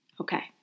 Okay